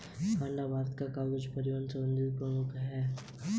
कांडला भारत का कार्गो परिवहन से संबंधित प्रमुख बंदरगाह है